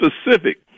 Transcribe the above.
specific